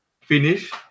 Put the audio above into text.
finish